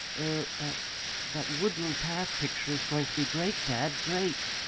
er that that woodland path picture is going to be great, dad, great!